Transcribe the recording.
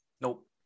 Nope